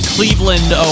Cleveland